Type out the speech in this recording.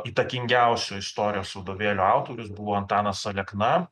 įtakingiausių istorijos vadovėlių autorius buvo antanas alekna